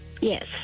Yes